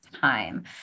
time